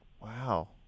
Wow